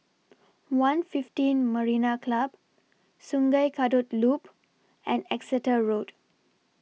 one fifteen Marina Club Sungei Kadut Loop and Exeter Road